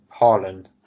Haaland